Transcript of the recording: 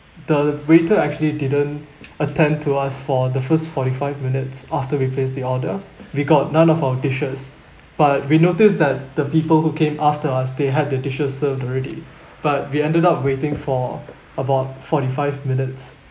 the waiter actually didn't attend to us for the first forty five minutes after we placed the order we got none of our dishes but we noticed that the people who came after us they had their dishes served already but we ended up waiting for about forty five minutes